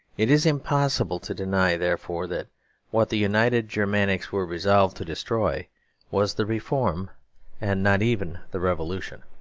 it is impossible to deny, therefore, that what the united germanics were resolved to destroy was the reform and not even the revolution.